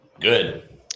Good